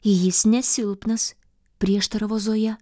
jis nesilpnas prieštara vazoje